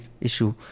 issue